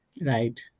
right